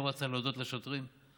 לא רצה להודות לשוטרים?